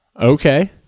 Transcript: Okay